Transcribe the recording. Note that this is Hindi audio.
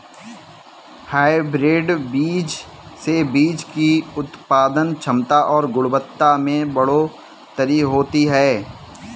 हायब्रिड बीज से बीज की उत्पादन क्षमता और गुणवत्ता में बढ़ोतरी होती है